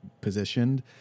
positioned